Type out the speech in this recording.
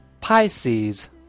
Pisces